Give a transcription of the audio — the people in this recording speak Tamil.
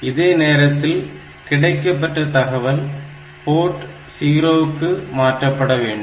இதே நேரத்தில் கிடைக்கப்பெற்ற தகவல் போர்ட் 0 க்கும் மாற்றப்பட வேண்டும்